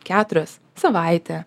keturias savaitę